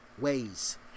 ways